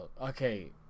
Okay